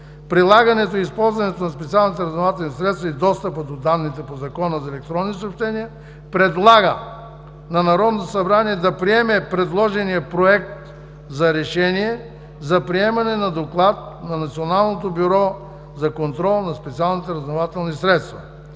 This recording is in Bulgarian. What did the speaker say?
прилагането и използването на специалните разузнавателни средства и достъпа до данните по Закона за електронните съобщения предлага на Народното събрание да приеме предложения Проект за решение за приемане на Доклад на Националното бюро за контрол на специалните разузнавателни средства